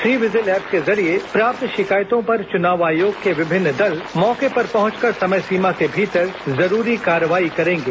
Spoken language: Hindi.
सी विजिल ऐप के जरिये प्राप्त शिकायतों पर चुनाव आयोग के विभिन्न दल मौके पर पहुंचकर समय सीमा के भीतर जरूरी कार्रवाई करेंगे